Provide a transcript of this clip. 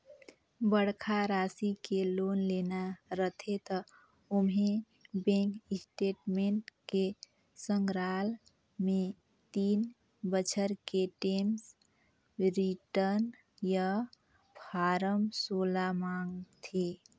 बड़खा रासि के लोन लेना रथे त ओम्हें बेंक स्टेटमेंट के संघराल मे तीन बछर के टेम्स रिर्टन य फारम सोला मांगथे